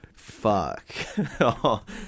Fuck